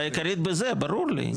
הבעיה העיקרית זה זה, ברור לי.